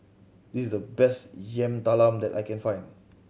this is the best Yam Talam that I can find